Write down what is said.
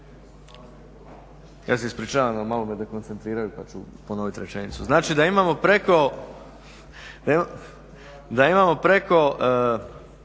ja se ispričavam ali malo me dekoncentriraju pa ću ponoviti rečenicu, znači da imamo preko skoro